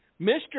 Mr